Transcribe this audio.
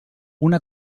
una